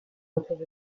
otuz